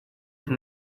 from